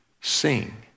sing